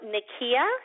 Nakia